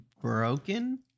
broken